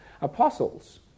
apostles